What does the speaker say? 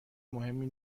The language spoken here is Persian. مهمی